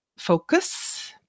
focus